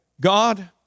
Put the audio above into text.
God